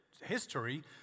History